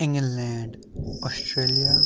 England Australia